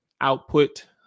output